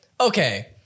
okay